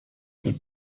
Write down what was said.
the